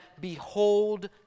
Behold